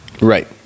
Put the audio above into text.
Right